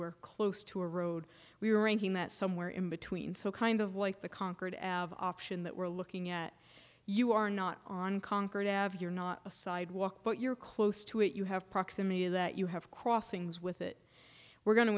were close to a road we were arranging that somewhere in between so kind of like the concord av option that we're looking at you are not on conquered have you're not a sidewalk but you're close to it you have proximity that you have crossings with it we're go